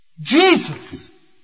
Jesus